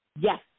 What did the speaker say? Yes